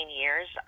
years